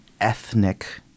ethnic